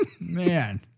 man